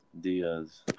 Diaz